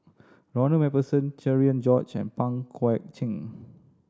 Ronald Macpherson Cherian George and Pang Guek Cheng